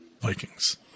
Vikings